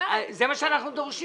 זה מה שאנחנו דורשים.